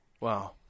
wow